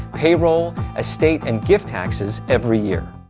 payroll, estate and gift taxes every year.